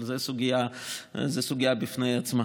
אבל זו סוגיה בפני עצמה.